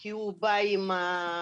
כי הם באים עם המלווים,